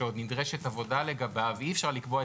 שעוד נדרשת עבודה לגביו אי אפשר לקבוע את